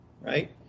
right